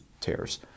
tears